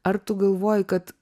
ar tu galvoji kad